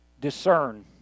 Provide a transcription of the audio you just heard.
discern